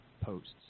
posts